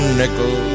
nickel